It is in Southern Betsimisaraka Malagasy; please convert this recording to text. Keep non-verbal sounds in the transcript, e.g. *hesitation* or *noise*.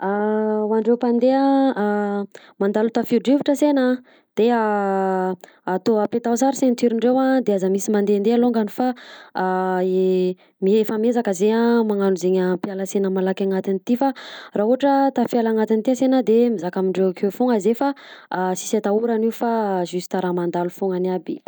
*hesitation* ho andreo mpandeha mandalo tafio-drivotra ansena a de *hesitation* atao apetaho sara ceinturendreo de aza misy mandende alongany fa *hesitation* ef ye efa mihezaka zay a magnano zay ampiala ansena malaky anatin'ity fa raha ohatra tafiala anaty ty ansena de mizaka amindreo akeo foagna zay fa sisy atahorana io fa juste raha mandalo foagnany aby.